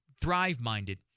thrive-minded